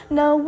no